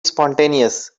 spontaneous